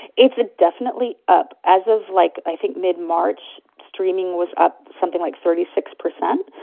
it's ah definitely up. as of, like, i think mid-march, streaming was up something like thirty six percent.